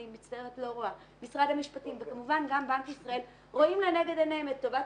משרד המשפטים וכמובן גם בנק ישראל רואים לנגד עיניהם את טובת